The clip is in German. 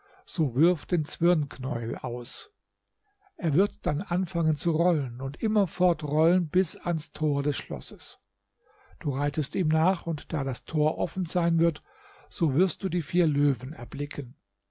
so wirf den zwirnknäuel aus er wird dann anfangen zu rollen und immer fortrollen bis ans tor des schlosses du reitest ihm nach und da das tor offen sein wird so wirst du die vier löwen erblicken